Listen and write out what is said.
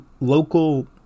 local